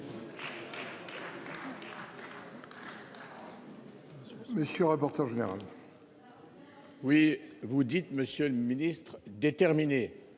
Monsieur rapporteur général. Oui, vous dites, Monsieur le Ministre, déterminer